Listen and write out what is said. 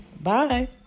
Bye